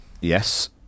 yes